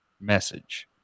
message